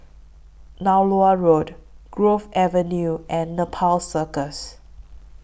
Nallur Road Grove Avenue and Nepal Circus